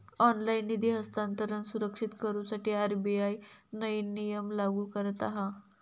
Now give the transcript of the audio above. online निधी हस्तांतरण सुरक्षित करुसाठी आर.बी.आय नईन नियम लागू करता हा